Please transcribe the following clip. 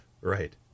Right